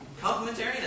Complementarianism